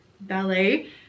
ballet